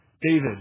David